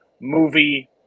movie